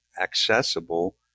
accessible